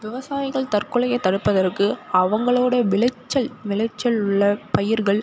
விவசாயிகள் தற்கொலையை தடுப்பதற்கு அவங்களோட விளைச்சல் விளைச்சல் உள்ள பயிர்கள்